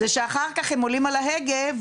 זה שאח"כ הם עולים על ההגה,